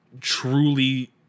truly